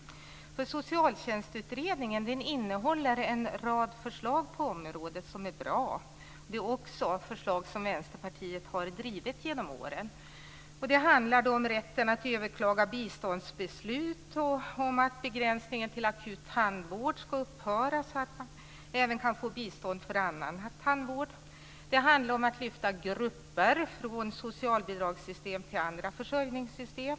Socialtjänstutredningen innehåller en rad förslag på området som är bra. Det är också förslag som Vänsterpartiet har drivit genom åren. Det handlar om rätten att överklaga biståndsbeslut, att begränsningen till akut tandvård ska upphöra samt att man även kan få bistånd till annan tandvård. Det handlar också om att lyfta grupper från socialbidragssystem till andra försörjningssystem.